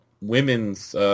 women's